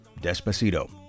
despacito